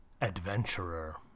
Adventurer